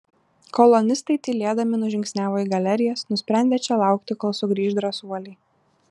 kolonistai tylėdami nužingsniavo į galerijas nusprendę čia laukti kol sugrįš drąsuoliai